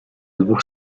dwóch